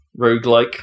roguelike